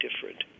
different